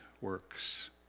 works